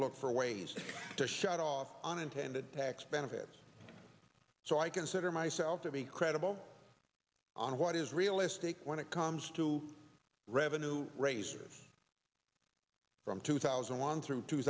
to look for ways to shut off unintended tax benefits so i consider myself to be credible on what is realistic when it comes to revenue raisers from two thousand and one through two